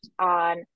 on